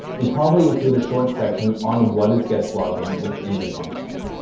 we'd probably include a short section on what is guest blogging within the content.